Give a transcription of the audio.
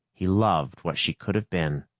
he loved what she could have been,